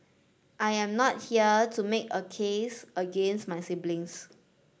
I am not here to make a case against my siblings